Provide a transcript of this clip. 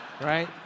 right